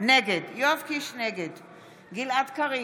נגד גלעד קריב,